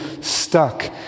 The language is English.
stuck